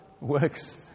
works